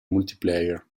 multiplayer